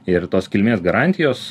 ir tos kilmės garantijos